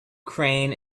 crane